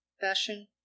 fashion